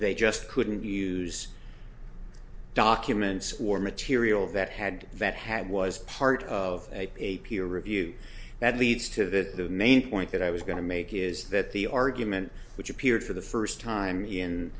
they just couldn't use documents or material that had vet had was part of a peer review that leads to the main point that i was going to make is that the argument which appeared for the first time in